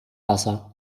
wasser